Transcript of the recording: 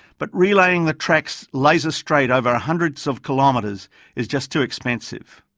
but relaying the tracks laser straight over hundreds of kilometres is just too expensive.